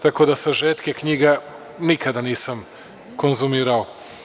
Tako da sažetke knjiga nikada nisam konzumirao.